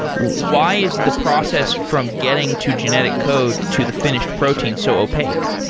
why is the process from getting to genetic code to the finished protein so opaque?